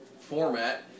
format